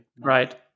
right